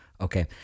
okay